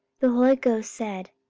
the holy ghost said,